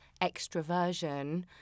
extraversion